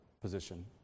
position